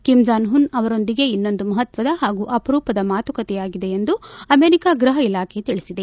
Kim Jong Un ಅವರೊಂದಿಗೆ ಇದೊಂದು ಮಹತ್ವದ ಹಾಗೂ ಅಪರೂಪದ ಮಾತುಕತೆಯಾಗಿದೆ ಎಂದು ಅಮೆರಿಕ ಗೃಹ ಇಲಾಖೆ ತಿಳಿಸಿದೆ